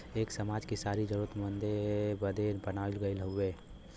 एक समाज कि सारी जरूरतन बदे बनाइल गइल हउवे